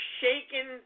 shaken